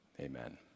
amen